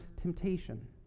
temptation